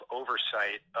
oversight